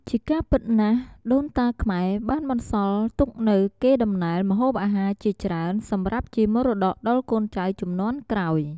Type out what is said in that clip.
ជាការពិតណាស់ដូនតាខ្មែរបានបន្សល់ទុកនូវកេរដំណែលម្ហូបអាហារជាច្រើន សម្រាប់ជាមរតកដល់កូនចៅជំនាន់ក្រោយ។